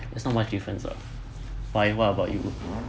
that's not much difference ah fine what about you aha